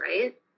right